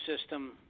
system